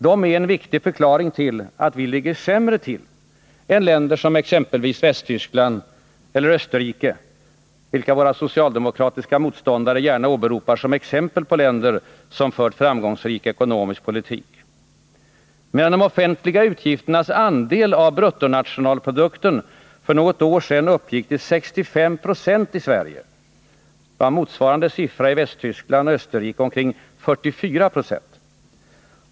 De är en viktig förklaring till att vi ligger sämre till än länder som Västtyskland och Österrike, vilka våra socialdemokratiska motståndare gärna åberopar som exempel på länder som fört framgångsrik ekonomisk politik. Medan de offentliga utgifternas andel av bruttonationalprodukten för något år sedan uppgick till 65 Jo i Sverige, var motsvarande siffra i Västtyskland och Österrike omkring 44 96.